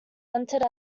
entered